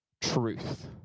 truth